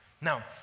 Now